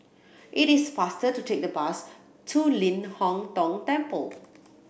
it is faster to take the bus to Ling Hong Tong Temple